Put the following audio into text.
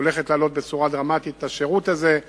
שהולכת להעלות בצורה דרמטית את השירות הזה,